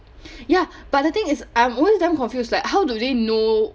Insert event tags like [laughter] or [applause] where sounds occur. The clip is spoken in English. [breath] ya but the thing is I'm always damn confused like how do they know